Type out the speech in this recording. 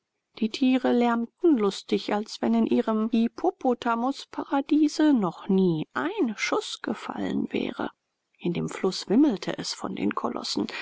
die tiere lärmten lustig als wenn in ihrem hippopotamusparadiese noch nie ein schuß gefallen wäre in dem fluß wimmelte es von den kolossen